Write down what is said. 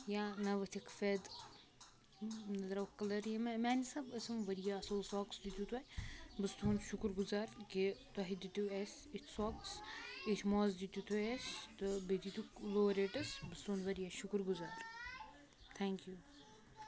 یا نہ ؤتھِکھ فٮ۪د نہ درٛاوکھ کَلَر یِمے میٛانہِ حِساب ٲس یِم واریاہ اَصٕل سوکٕس دیِتوٕ تۄہہِ بہٕ چھُس تُہنٛد شُکُر گُزار کہِ تۄہہِ دیِتو اَسہِ اِتھ سوکٕس یِتھۍ موز دِتِو تُوہہِ اَسہِ تہٕ بیٚیہِ دِتکھ لو ریٹَس بہٕ چھُ ستُہنٛد واریاہ شُکُر گُزار تھٮینٛک یوٗ